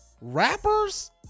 rappers